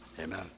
amen